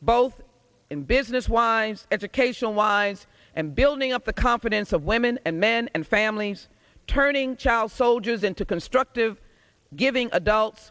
both in business wise educational wise and building up the confidence of women and men and families turning child soldiers into constructive giving adults